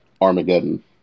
armageddon